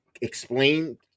explain